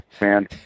man